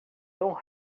tão